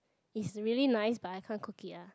is really nice but I can't cook it ah